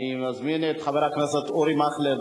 אני מזמין את חבר הכנסת אורי מכלב,